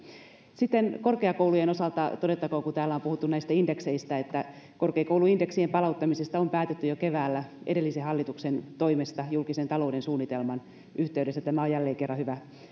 sitten korkeakoulujen osalta todettakoon kun täällä on puhuttu näistä indekseistä että korkeakouluindeksien palauttamisesta on päätetty jo keväällä edellisen hallituksen toimesta julkisen talouden suunnitelman yhteydessä tämä on jälleen kerran hyvä